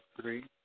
three